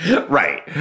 Right